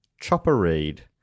Chopper-Reed